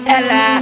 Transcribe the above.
Ella